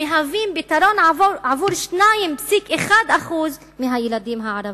והם מהווים פתרון עבור 2.1% מהילדים הערבים.